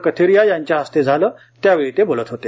कथीरिया यांच्या हस्ते झाले त्यावेळी ते बोलत होते